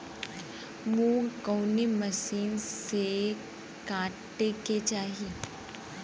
मूंग कवने मसीन से कांटेके चाही?